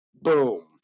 boom